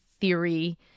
theory